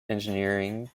engineering